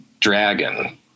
dragon